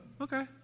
Okay